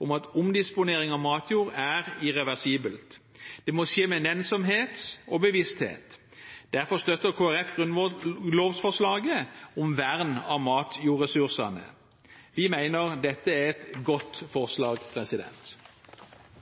om at omdisponering av matjord er irreversibelt. Det må skje med nennsomhet og bevissthet. Derfor støtter Kristelig Folkeparti grunnlovsforslaget om vern av matjordressursene. Vi mener dette er et godt forslag.